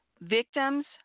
Victims